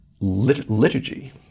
liturgy